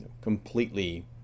completely